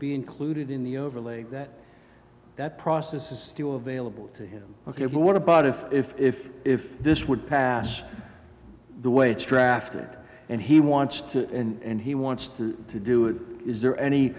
be included in the overlay that that process is still available to him ok but what about if if if if this would pass the way it's traffic and he wants to and he wants to do it is there any